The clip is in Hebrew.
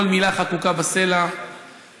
כל מילה חקוקה בסלע, חכה, חכה.